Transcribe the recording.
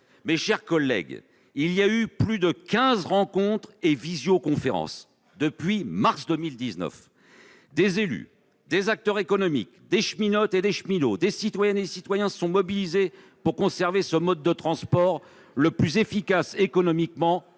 Mes chers collègues, plus de quinze rencontres et visioconférences se sont tenues depuis mars 2019. Des élus, des acteurs économiques, des cheminotes et des cheminots, des citoyennes et des citoyens se sont mobilisés pour conserver ce mode de transport, le plus efficace économiquement